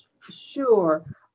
Sure